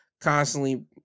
constantly